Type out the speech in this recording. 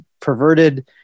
perverted